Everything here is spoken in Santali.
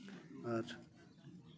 ᱟᱨ